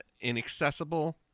inaccessible